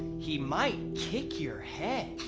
he might kick your head.